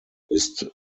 ist